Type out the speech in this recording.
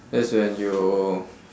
that's when you